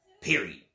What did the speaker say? period